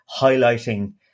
highlighting